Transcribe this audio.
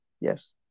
yes